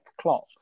clock